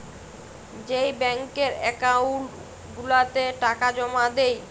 যেই ব্যাংকের একাউল্ট গুলাতে টাকা জমা দেই